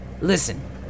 Listen